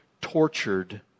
tortured